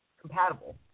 compatible